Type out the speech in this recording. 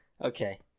Okay